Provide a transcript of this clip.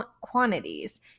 quantities